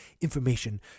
information